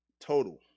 total